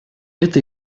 это